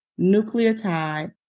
nucleotide